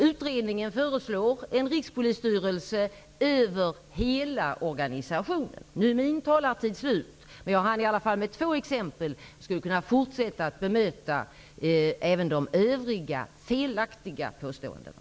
Utredningen föreslår en Rikspolisstyrelse över hela organisationen. Min taletid är nu slut, men jag hann i alla fall med att nämna två exempel. Jag skulle kunna fortsätta att bemöta även de övriga felaktiga påståendena.